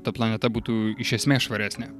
ta planeta būtų iš esmės švaresnė